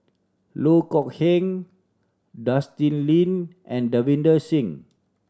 Loh Kok Heng Justin Lean and Davinder Singh